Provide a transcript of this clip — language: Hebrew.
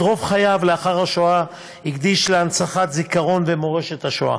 את רוב חייו לאחר השואה הקדיש להנצחת זיכרון ומורשת השואה.